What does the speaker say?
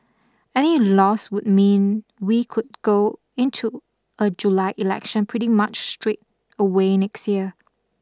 any loss would mean we could go into a July election pretty much straight away next year